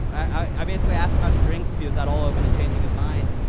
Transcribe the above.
i basically asked him out to drinks if he was at all open to changing his mind.